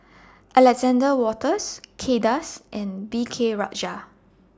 Alexander Wolters Kay Das and V K Rajah